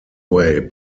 way